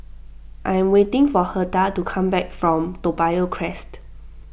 I am waiting for Hertha to come back from Toa Payoh Crest